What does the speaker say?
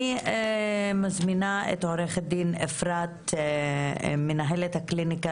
אני מזמינה את עו"ד אפרת מנהלת הקליניקה